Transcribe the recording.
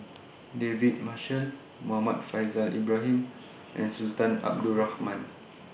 David Marshall Muhammad Faishal Ibrahim and Sultan Abdul Rahman